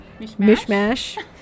Mishmash